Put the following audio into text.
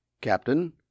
Captain